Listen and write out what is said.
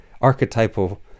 archetypal